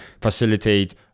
facilitate